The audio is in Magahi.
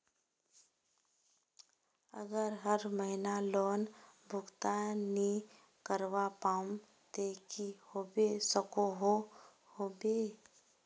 अगर हर महीना लोन भुगतान नी करवा पाम ते की होबे सकोहो होबे?